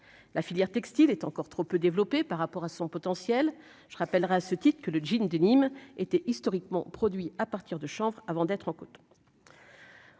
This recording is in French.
la filière textile est encore trop peu développée par rapport à son potentiel, je rappellerai à ce titre que le jeans denim était historiquement produit à partir de chambre avant d'être en coton,